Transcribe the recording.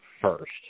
first